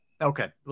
Okay